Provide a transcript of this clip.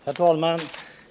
Herr talman!